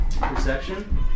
Perception